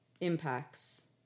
impacts